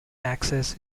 access